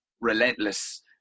relentless